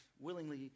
willingly